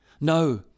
no